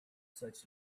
such